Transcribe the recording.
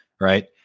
right